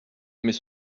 mais